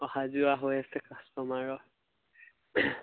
অহা যোৱা হৈ আছে কাষ্টমাৰৰ